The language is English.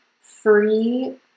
free